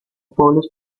pueblos